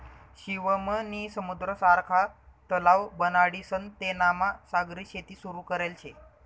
शिवम नी समुद्र सारखा तलाव बनाडीसन तेनामा सागरी शेती सुरू करेल शे